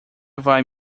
vai